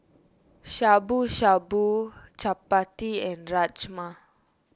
Shabu Shabu Chapati and Rajma